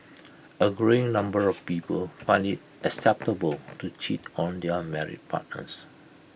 A growing number of people find IT acceptable to cheat on their married partners